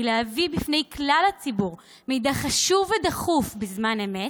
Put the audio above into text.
להביא בפני כלל הציבור מידע חשוב ודחוף בזמן אמת,